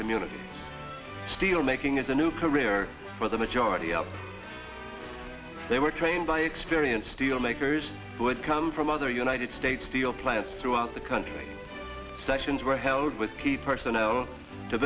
communities steelmaking is a new career for the majority of they were trained by experience steel makers would come from other united states steel plants throughout the country sections were held was key personnel to